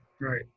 Right